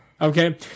Okay